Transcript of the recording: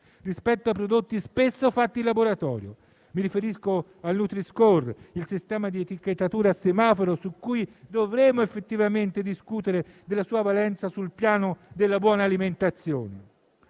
rispetto a quelli spesso fatti in laboratorio: mi riferisco al nutri-score, il sistema di etichettatura a semaforo; dovremo effettivamente discutere della sua valenza sul piano della buona alimentazione.